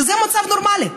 שזה מצב נורמלי,